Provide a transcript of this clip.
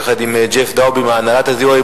יחד עם ג'ף דאובי מהנהלת ה-ZOA.